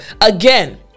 again